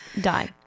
die